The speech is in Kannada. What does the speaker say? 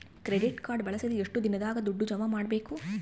ಕ್ರೆಡಿಟ್ ಕಾರ್ಡ್ ಬಳಸಿದ ಎಷ್ಟು ದಿನದಾಗ ದುಡ್ಡು ಜಮಾ ಮಾಡ್ಬೇಕು?